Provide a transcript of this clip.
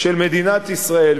של מדינת ישראל.